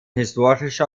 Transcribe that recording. historischer